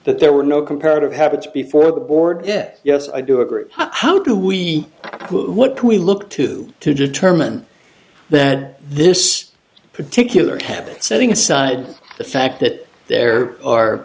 that there were no comparative habits before the board yet yes i do agree how do we what do we look to to determine that this particular happened setting aside the fact that there are